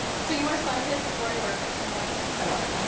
so, you were a scientist before you were a fiction writer. i was, yeah.